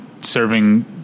serving